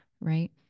right